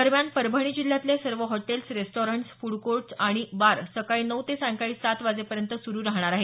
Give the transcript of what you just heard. दरम्यान परभणी जिल्ह्यातले सर्व हॉटेल्स रेस्टॉर्रेट्स फूड कोटेस् आणि बार सकाळी नऊ ते सायंकाळी सात वाजेपर्यंत सुरू राहणार आहेत